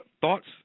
Thoughts